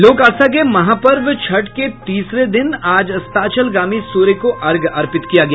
लोक आस्था के महापर्व छठ के तीसरे दिन आज अस्ताचलगामी सूर्य को अर्घ्य अर्पित किया गया